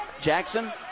Jackson